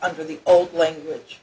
under the old language